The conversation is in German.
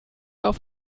auf